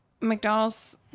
McDonald's